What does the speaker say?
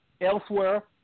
elsewhere